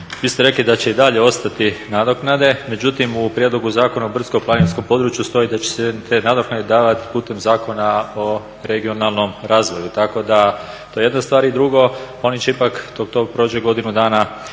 vi ste rekli da će i dalje ostati nadoknade, međutim u Prijedlogu zakona o brdsko-planinskom području stoji da će se te nadoknade davati putem Zakona o regionalnom razvoju, tako da to je jedna stvar. I drugo, oni će ipak dok to prođe godinu dana